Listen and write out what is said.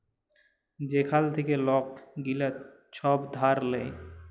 যেখাল থ্যাইকে লক গিলা ছব ধার লেয়